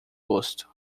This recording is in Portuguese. rosto